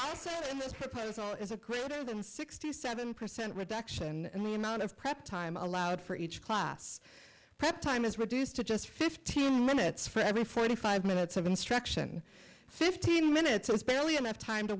proposal is a greater than sixty seven percent reduction in the amount of prep time allowed for each class prep time is reduced to just fifteen minutes for every forty five minutes of instruction fifteen minutes is barely enough time to